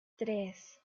tres